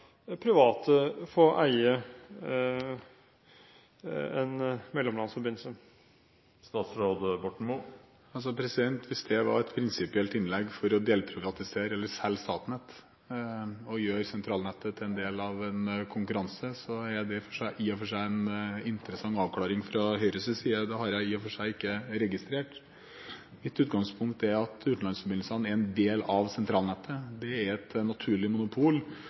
delprivatisere eller selge Statnett og gjøre sentralnettet til en del av en konkurranse, er det en interessant avklaring fra Høyres side. Det har jeg i og for seg ikke registrert. Mitt utgangspunkt er at utenlandsforbindelsene er en del av sentralnettet. Det er et naturlig monopol,